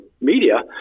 media